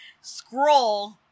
scroll